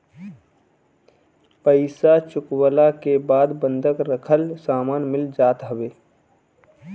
पईसा चुकवला के बाद बंधक रखल सामान मिल जात हवे